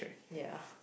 ya